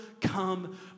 come